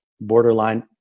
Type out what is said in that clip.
borderline